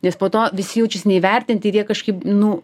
nes po to visi jaučiasi neįvertinti ir jie kažkaip nu